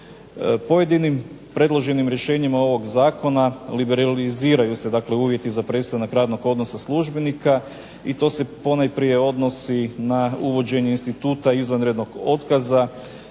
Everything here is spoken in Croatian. Pojedinim predloženim rješenjima ovog zakona liberaliziraju se uvjeti za prestanak radnog odnosa službenika i to se ponajprije odnosi na uvođenje instituta izvanrednog otkaza